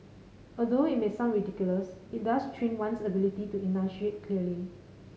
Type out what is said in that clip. although it may sound ridiculous it does train one's ability to enunciate clearly